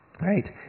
Right